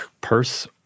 purse